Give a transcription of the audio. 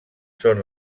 són